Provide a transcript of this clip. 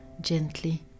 gently